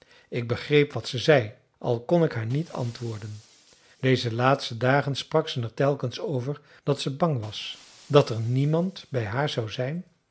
ik begreep wat ze zei al kon ik haar niet antwoorden deze laatste dagen sprak ze er telkens over dat ze bang was dat er niemand bij haar zou zijn